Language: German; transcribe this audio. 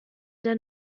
der